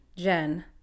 Jen